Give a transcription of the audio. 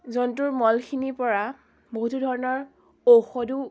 জন্তুৰ মলখিনিৰ পৰা বহুতো ধৰণৰ ঔষধো